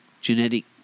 genetic